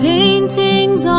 Paintings